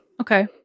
Okay